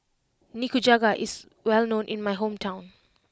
Nikujaga is well known in my hometown